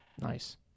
nice